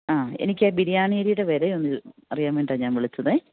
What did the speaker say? ആ എനിക്ക് ബിരിയാണിയരിയുടെ വിലയൊന്ന് അറിയാൻ വേണ്ടിട്ടാണ് ഞാന് വിളിച്ചത്